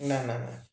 নাই নাই নাই